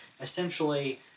essentially